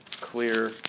clear